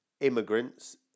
immigrants